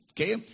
Okay